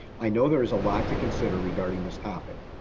i know there is a lot to consider regarding this topic,